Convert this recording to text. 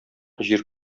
җир